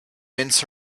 mince